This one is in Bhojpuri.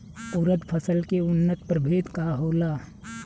उरद फसल के उन्नत प्रभेद का होला?